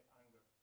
anger